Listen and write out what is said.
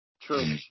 True